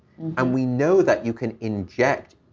and we know that you can inject,